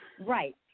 Right